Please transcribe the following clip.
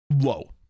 low